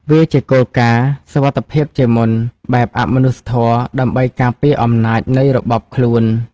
វាជាគោលការណ៍ «សុវត្ថិភាពជាមុន» បែបអមនុស្សធម៌ ដើម្បីការពារអំណាចនៃរបបខ្លួន។